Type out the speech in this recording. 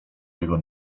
jego